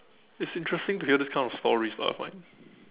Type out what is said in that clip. it's interesting to hear this kind of stories lah I find